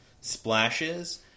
splashes